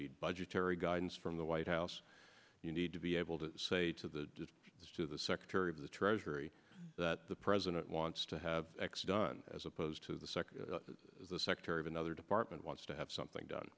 need budgetary guidance from the white house you need to be able to say to the kids to the secretary of the treasury that the president wants to have x done as opposed to the sec the secretary of another department wants to have something done